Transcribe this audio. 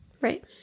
Right